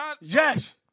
Yes